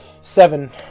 seven